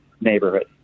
neighborhood